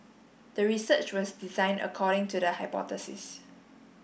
the research was designed according to the hypothesis